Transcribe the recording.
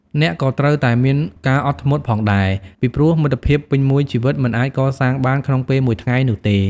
អ្នកក៏ត្រូវតែមានការអត់ធ្មត់ផងដែរ ពីព្រោះមិត្តភាពពេញមួយជីវិតមិនអាចកសាងបានក្នុងពេលមួយថ្ងៃនោះទេ។